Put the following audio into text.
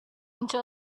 into